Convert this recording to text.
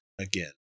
again